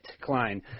klein